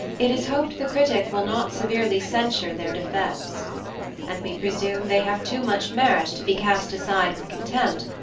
it is hoped the critic will not severely censure their defects and we presume they have too much merit to be cast aside with contempt,